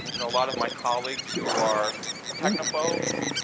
you know a lot of my colleagues who are technophobes,